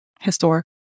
historic